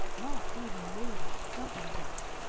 not even lady jumping jack.